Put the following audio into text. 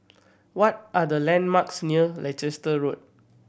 what are the landmarks near Leicester Road